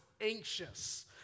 anxious